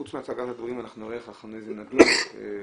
באמת חוץ מההצגה הזאת אנחנו נדון בדיון,